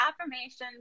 affirmations